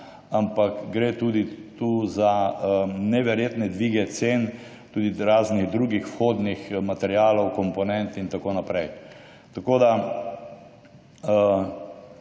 ampak gre tudi tu za neverjetne dvige cen, tudi draznih drugih vhodnih materialov, komponent in tako naprej. Tako da,